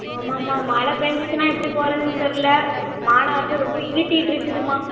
ஆமாம்மா மழை பெஞ்சுச்சுனா எப்படி போகிறதுன்னு தெரில வானம் வேறு ரொம்ப இருட்டிட்டு இருக்குதுமா